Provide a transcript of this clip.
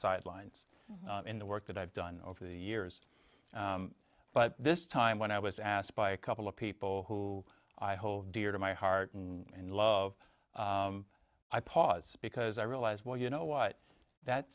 sidelines in the work that i've done over the years but this time when i was asked by a couple of people who i hold dear to my heart and love i pause because i realized well you know what that